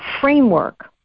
framework